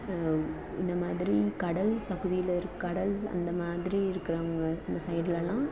இந்த மாதிரி கடல் பகுதியில் கடல் அந்த மாதிரி இருக்கிறவுங்க அந்த சைடுலலாம்